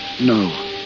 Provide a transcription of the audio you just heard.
No